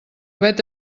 vet